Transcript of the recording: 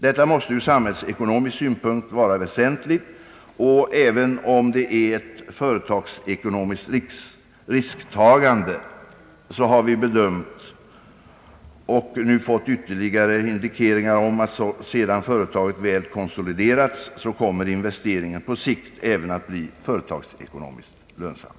Detta måste ur samhällsekonomisk synpunkt vara väsentligt, och även om det är ett företagsekonomiskt risktagande har vi bedömt det så och nu fått ytterligare indikeringar om att sedan företaget väl konsoliderats kommer det att på längre sikt även bli företagsekonomiskt lönsamt.